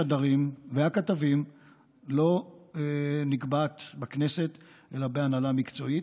זהות השדרים והכתבים לא נקבעת בכנסת אלא בהנהלה מקצועית,